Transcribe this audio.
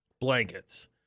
Blankets